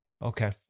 Okay